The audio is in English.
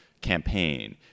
campaign